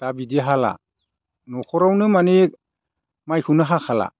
दा बिदि हाला न'खरावनो माने माइखौनो हाखाला